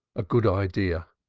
a good idea.